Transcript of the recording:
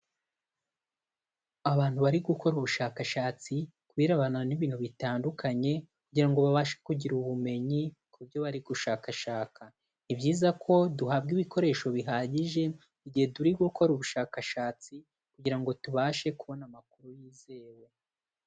Abantu bari gukora ubushakashatsi ku birebana n’ibintu bitandukanye kugira ngo babashe kugira ubumenyi ku byo bari gushakashaka. Ni byiza ko duhabwa ibikoresho bihagije igihe turi gukora ubushakashatsi kugira tubashe kubona amakuru yizewe.